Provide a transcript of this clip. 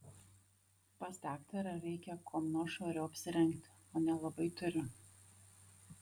pas daktarą reikia kuom nors švariau apsirengti o nelabai turiu